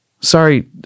Sorry